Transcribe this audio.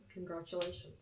Congratulations